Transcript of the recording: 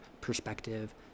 perspective